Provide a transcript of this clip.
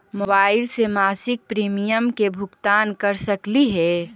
Mobile से मासिक premium के भुगतान कर सकली हे?